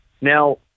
Now